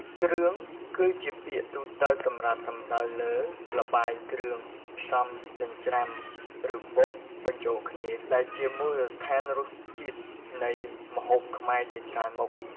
គ្រឿង គឺជាពាក្យទូទៅសម្រាប់សំដៅលើ ល្បាយគ្រឿងផ្សំចិញ្ច្រាំ ឬបុកបញ្ចូលគ្នា ដែលជាមូលដ្ឋានរសជាតិនៃម្ហូបខ្មែរជាច្រើនមុខ។